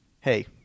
hey